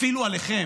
אפילו עליכם,